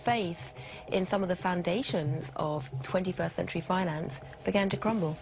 face in some of the foundations of twenty first century finance began to crumble